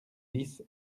dix